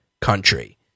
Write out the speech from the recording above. country